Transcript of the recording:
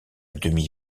demi